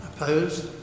Opposed